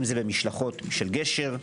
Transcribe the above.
אם זה במשלחות של גשר,